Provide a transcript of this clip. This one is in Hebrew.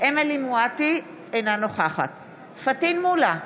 אמילי חיה מואטי, אינה נוכחת פטין מולא,